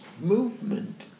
movement